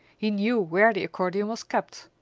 he knew where the accordeon was kept.